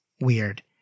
weird